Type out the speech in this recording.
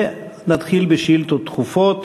נתחיל בשאילתות דחופות.